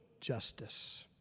justice